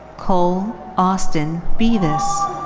cole austin bevis.